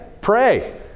pray